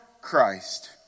Christ